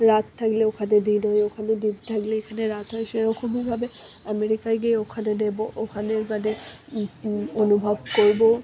রাত থাকলে ওখানে দিন হয় ওখানে দিন থাকলে এখানে রাত হয় সেরকমইভাবে আমেরিকায় গিয়ে ওখানে নেব ওখানের মানে অনুভব করব